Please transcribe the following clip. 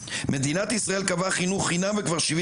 מדינת ישראל קבעה חינוך חינם וכבר 70